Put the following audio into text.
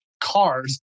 cars